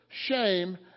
shame